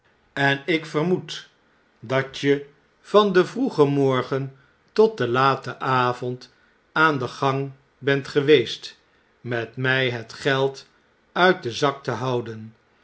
en ik vijp jaren later vermoed dat je van den vroegen morgen tot den laten avond aan den gang bent geweest met mjj het geld nit den zak te houden